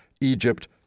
Egypt